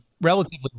relatively